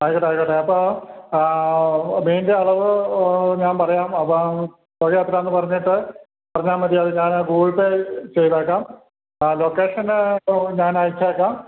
ആയിക്കോട്ടെ ആയിക്കൊട്ടെ അപ്പോൾ മീനിൻ്റെ അളവ് ഞാൻ പറയാം അപ്പോൾ തുക എത്രയാണെന്ന് പറഞ്ഞിട്ട് പറഞ്ഞാൽ മതി അത് ഞാൻ ഗൂഗിൾ പേ ചെയ്തേക്കാം അ ലൊക്കേഷൻ ഞാൻ അയച്ചേക്കാം